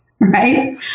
Right